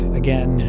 again